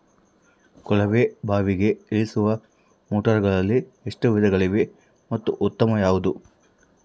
ಕೊಳವೆ ಬಾವಿಗೆ ಇಳಿಸುವ ಮೋಟಾರುಗಳಲ್ಲಿ ಎಷ್ಟು ವಿಧಗಳಿವೆ ಮತ್ತು ಉತ್ತಮ ಯಾವುದು?